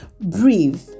breathe